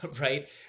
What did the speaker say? right